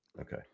okay